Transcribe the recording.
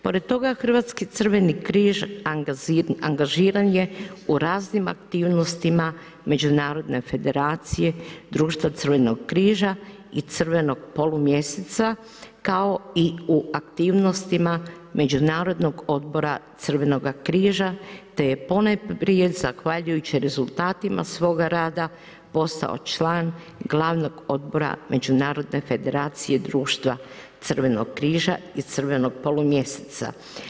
Pored toga Hrvatski crveni križ angažiran je u raznim aktivnostima međunarodne federacije društva Crvenog križa i crvenog polumjeseca kao i u aktivnostima međunarodnog odbora Crvenoga križa te je ponajprije zahvaljujući rezultatima svoga rada postao član glavnog odbora međunarodne federacije Društva crvenog križa i Crvenog polumjeseca.